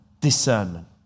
discernment